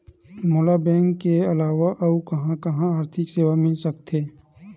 मोला बैंक के अलावा आऊ कहां कहा आर्थिक सेवा मिल सकथे?